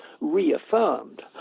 reaffirmed